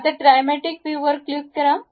आता trimetric view वर click करा